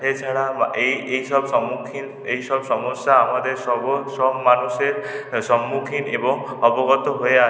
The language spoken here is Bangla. এছাড়া এই এই সব সম্মুখীন এই সব সমস্যা আমাদের সব মানুষের সম্মুখীন এবং অবগত হয়ে আছে